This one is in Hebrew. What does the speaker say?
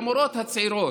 למורות הצעירות,